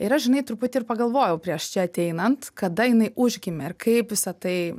ir aš žinai truputį ir pagalvojau prieš čia ateinant kada jinai užgimė ir kaip visa tai